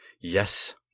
Yes